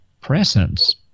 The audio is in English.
presence